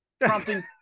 Prompting